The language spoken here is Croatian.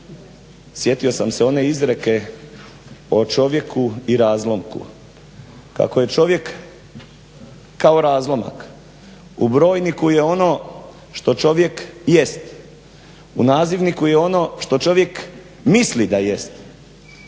sjetio sam se one izreke o čovjeku i razlomku. Kako je čovjek kao razlomak u brojniku je ono što čovjek jest, u nazivniku je ono što čovjek misli da jest,